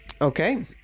Okay